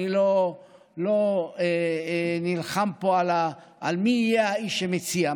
אני לא נלחם פה מי יהיה האיש שמציע.